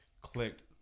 clicked